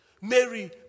Mary